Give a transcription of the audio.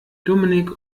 dominik